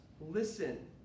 listen